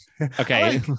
Okay